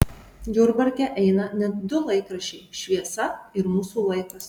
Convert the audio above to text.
jurbarke eina net du laikraščiai šviesa ir mūsų laikas